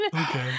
okay